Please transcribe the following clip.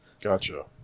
Gotcha